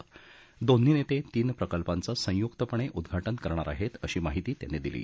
तसंच दोन्ही नेते तीन प्रकल्पांचं संयुकपणे उद्घाटन करणार आहेत अशी माहिती त्यांनी दिली